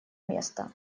место